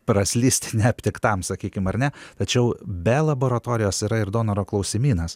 praslysti neaptiktam sakykim ar ne tačiau be laboratorijos yra ir donoro klausimynas